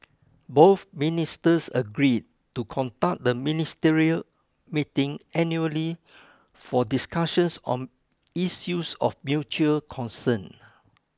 both ministers agreed to conduct the ministerial meeting annually for discussions on issues of mutual concern